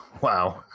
Wow